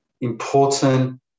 important